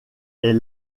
est